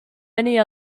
many